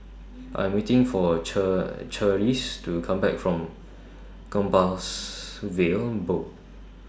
I'm waiting For Cheer Cherise to Come Back from Compassvale Bow